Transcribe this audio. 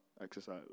exercise